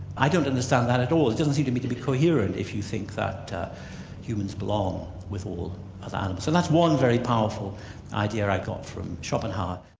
i don't understand that at all, it doesn't seem to me to be coherent if you think that humans belong with all other animals. so that's one very powerful idea i got from schopenhauer.